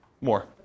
More